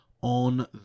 on